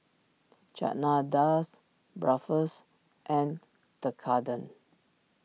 Chana Dal's Bratwurst and Tekkadon